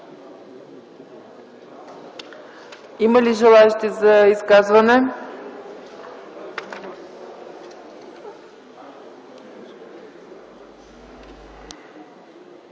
Има ли желаещи за изказвания?